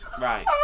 Right